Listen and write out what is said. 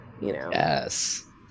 yes